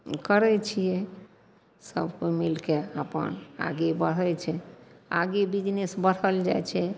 करै छिए सभ कोइ मिलिके अपन आगे बढ़ै छै आगे बिजनेस बढ़ल जाइ छै